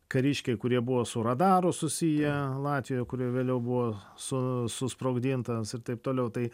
kariškiai kurie buvo su radaru susiję latvijoj kurie vėliau buvo su susprogdintas ir taip toliau tai